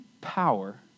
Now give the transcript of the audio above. power